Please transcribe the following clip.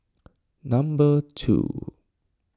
number two